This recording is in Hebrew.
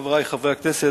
חברי חברי הכנסת,